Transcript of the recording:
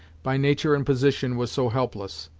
by nature and position was so helpless,